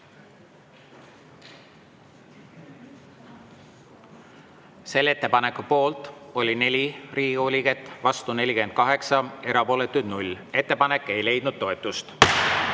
Ettepaneku poolt oli 4 Riigikogu liiget, vastu 48, erapooletuid 0. Ettepanek ei leidnud toetust.